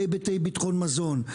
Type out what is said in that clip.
בהיבטי בטחון מזון,